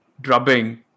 drubbing